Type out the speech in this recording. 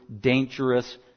dangerous